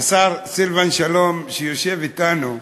השר סילבן שלום, שיושב אתנו,